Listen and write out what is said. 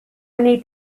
need